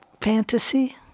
fantasy